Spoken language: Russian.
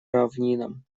равнинам